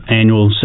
annual